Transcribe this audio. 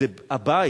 זה הבית.